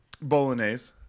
Bolognese